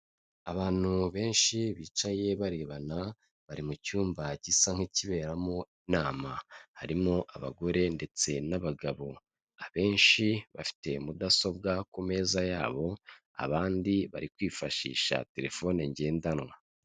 Abantu benshi bicaye barebana, bari mu cyumba gisa nk'ikiberamo inama, harimo abagore ndetse n'abagabo, abenshi bafite mudasobwa ku meza yabo, abandi bari kwifashisha telefone ngendanwa.